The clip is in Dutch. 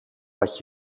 wat